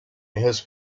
his